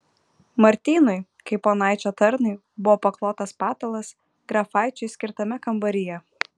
martynui kaip ponaičio tarnui buvo paklotas patalas grafaičiui skirtame kambaryje